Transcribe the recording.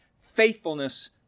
faithfulness